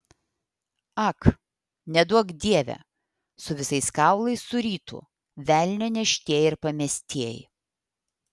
ak neduok dieve su visais kaulais surytų velnio neštieji ir pamestieji